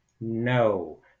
No